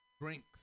drinks